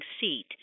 seat